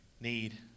need